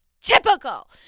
typical